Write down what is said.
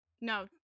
No